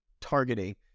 targeting